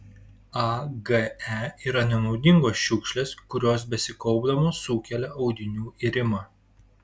age yra nenaudingos šiukšlės kurios besikaupdamos sukelia audinių irimą